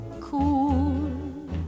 cool